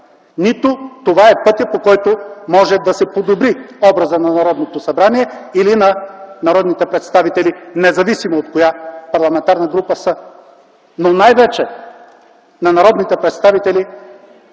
нито това е пътят, по който може да се подобри образът на Народното събрание или на народните представители, независимо от коя парламентарна група са, но най-вече на народните представители